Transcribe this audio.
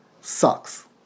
sucks